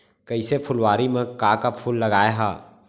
कइसे फुलवारी म का का फूल लगाय हा?